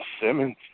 Simmons